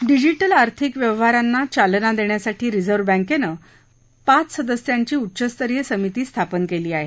digital आर्थिक व्यवहारांना चालना देण्यासाठी रिझर्व्ह बँकेनं पाच सदस्यांची उच्चस्तरीय समिती स्थापन केली आहे